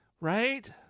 right